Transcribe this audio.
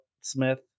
Smith